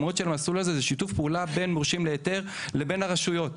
המהות של המסלול הזה זה שיתוף פעולה בין מורשים להיתר לבין הרשויות.